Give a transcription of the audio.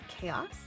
Chaos